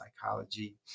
psychology